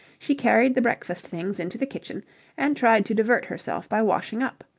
she carried the breakfast things into the kitchen and tried to divert herself by washing up.